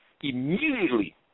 immediately